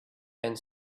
and